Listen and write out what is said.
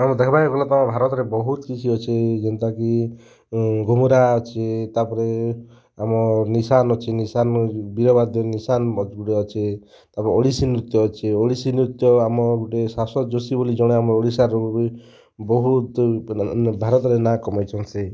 ଆଉ ଦେଖ୍ବାକେ ଗଲେ ତ ଆମର୍ ଭାରତ୍ରେ ବହୁତ୍ କିଛି ଅଛେ ଯେନ୍ତା କି ଗୋବରା ଅଛେ ତା'ର୍ପରେ ଆମର୍ ନିଶାନ୍ ଅଛେ ନିଶାନ୍ ଯୋଉ ବୀର ବାଦ୍ୟ ନିଶାନ୍ ବ ଗୁଟେ ଅଛି ତା'ର୍ପରେ ଓଡ଼ିଶୀ ନୃତ୍ୟ ଅଛେ ଓଡ଼ିଶୀ ନୃତ୍ୟ ଆମ ଗୋଟେ ଶାଶ୍ଵତ୍ ଜୋଶୀ ବୋଲି ଜଣେ ଆମର୍ ଓଡ଼ିଶା ରୁ ବହୁତ୍ ଆମର୍ ଭାରତ୍ରେ ନାଁ କମେଇଛନ୍ ସେ